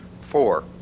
Four